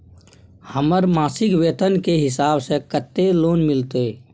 हमर मासिक वेतन के हिसाब स कत्ते लोन मिलते?